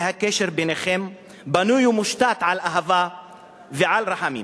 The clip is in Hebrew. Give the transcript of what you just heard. והקשר ביניכם בנוי ומושתת על אהבה ועל רחמים.